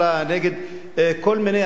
נגד כל מיני אנשים,